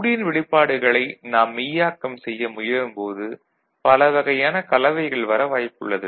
Boolean வெளிப்பாடுகளை நாம் மெய்யாக்கம் செய்ய முயலும் போது பல வகையான கலவைகள் வர வாய்ப்புள்ளது